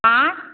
आँय